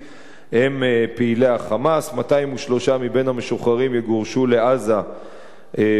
הם פעילי "חמאס"; 203 מבין המשוחררים יגורשו לעזה ולחו"ל,